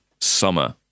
summer